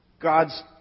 God's